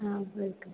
ஆ welcome